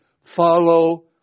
Follow